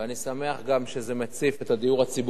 ואני שמח גם שזה מציף את נושא הדיור הציבורי,